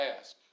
ask